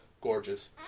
gorgeous